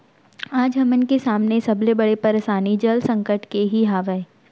आज हमन के सामने सबले बड़े परसानी जल संकट के ही हावय